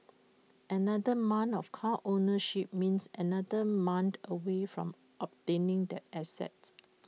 another month of car ownership means another month away from obtaining that asset